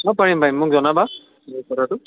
অঁ পাৰিম পাৰিম মোক জনাবা ম কথাটো